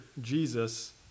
Jesus